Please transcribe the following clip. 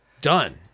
Done